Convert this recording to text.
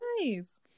nice